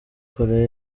korea